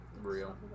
Real